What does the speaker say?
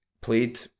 played